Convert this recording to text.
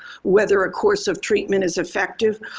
whether a course of treatment is effective,